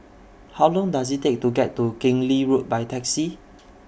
How Long Does IT Take to get to Keng Lee Road By Taxi